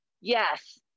Yes